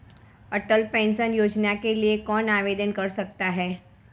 अटल pension Yojana के लिए कौन आवेदन कर सकता है?